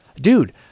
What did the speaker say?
Dude